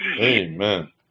amen